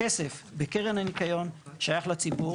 הכסף בקרן הניקיון שייך לציבור.